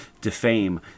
defame